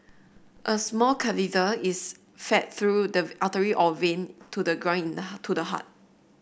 a small catheter is fed through the artery or vein to the groin to the heart